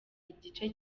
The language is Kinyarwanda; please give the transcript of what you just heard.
igice